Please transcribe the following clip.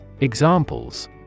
Examples